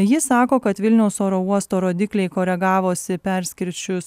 ji sako kad vilniaus oro uosto rodikliai koregavosi perskirsčius